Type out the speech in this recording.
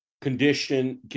condition